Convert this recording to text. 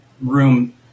room